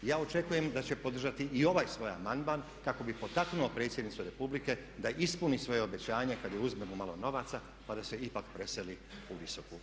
I ja očekujem da će podržati i ovaj svoj amandman kako bi potaknuo predsjednicu Republike da ispuni svoje obećanje kad joj uzmemo malo novaca, pa da se ipak preseli u Visoku.